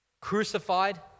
crucified